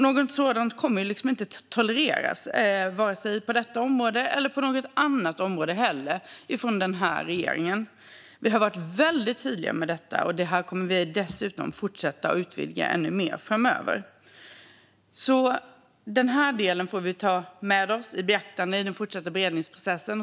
Något sådant kommer regeringen inte att tolerera vare sig på detta eller något annat område. Vi har varit väldigt tydliga med det, och vi kommer dessutom att utvidga arbetet framöver. Vi får ta denna del i beaktande i den fortsatta beredningsprocessen.